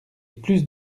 plus